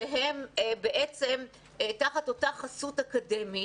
שהם תחת אותה חסות אקדמית,